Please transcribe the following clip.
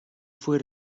fue